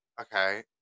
Okay